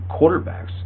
quarterbacks